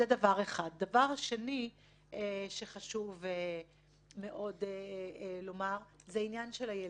הדבר השני שחשוב מאוד לומר הוא עניין הילדים.